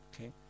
okay